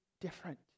different